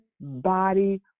body